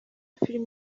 film